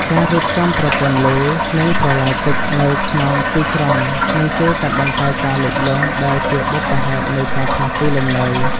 ការរៀបចំប្រព័ន្ធលូ និងប្រឡាយទឹកនៅក្នុងទីក្រុងនឹងជួយកាត់បន្ថយការលិចលង់ដែលជាបុព្វហេតុនៃការផ្លាស់ទីលំនៅ។